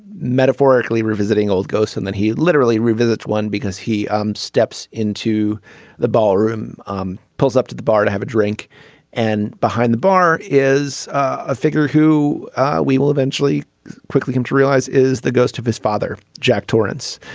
metaphorically revisiting old ghosts and then he literally revisits one because he um steps into the ballroom um pulls up to the bar to have a drink and behind the bar is a figure who we will eventually quickly come to realize is the ghost of his father jack torrance